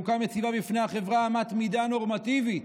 חוקה מציבה בפני החברה אמת מידה נורמטיבית.